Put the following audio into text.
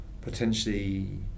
potentially